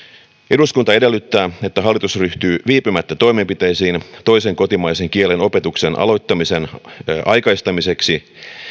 eduskunta edellyttää että hallitus ryhtyy viipymättä toimenpiteisiin toisen kotimaisen kielen opetuksen aloittamisen aikaistamiseksi